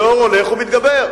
הדור הולך ומתגבר,